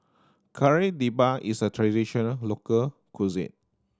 Kari Debal is a traditional local cuisine